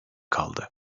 kaldı